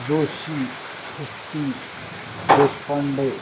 जोशी कस्ती देशपांडे